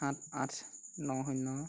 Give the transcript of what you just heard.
সাত আঠ ন শূন্য